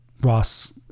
Ross